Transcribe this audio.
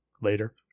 later